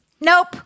Nope